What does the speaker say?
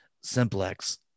simplex